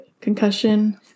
Concussion